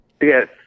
Yes